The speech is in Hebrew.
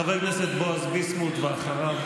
חבר הכנסת בועז ביסמוט, ואחריו,